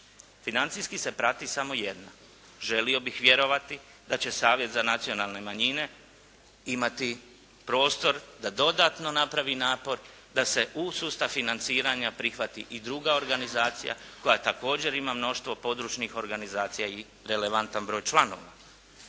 Financijski se prati samo jedna. Želio bih vjerovati da će Savez za nacionalne manjine imati prostor da dodatno napravi napor da se u sustav financiranja prihvati i druga organizacija koja također ima mnoštvo područnih organizacija i relevantan broj članova.